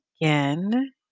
again